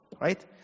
Right